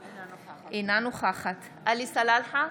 אינה נוכחת עלי סלאלחה,